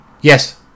Yes